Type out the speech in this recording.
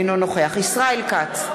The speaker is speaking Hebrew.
אינו נוכח ישראל כץ,